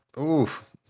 oof